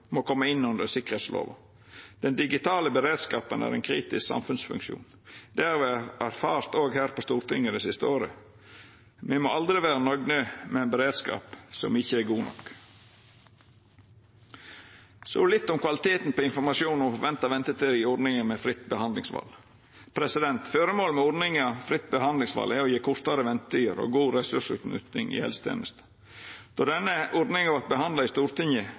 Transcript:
må koma inn under sikkerheitslova. Den digitale beredskapen er ein kritisk samfunnsfunksjon. Det har me erfart òg her på Stortinget det siste året. Me må aldri vera nøgde med ein beredskap som ikkje er god nok. Så litt om kvaliteten på informasjon om forventa ventetid i ordninga med fritt behandlingsval: Føremålet med ordninga fritt behandlingsval er å gje kortare ventetider og god ressursutnytting i helsetenesta. Då denne ordninga vart behandla i Stortinget,